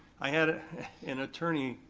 i had an and attorney,